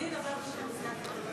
אני אדבר בשם סיעת מרצ.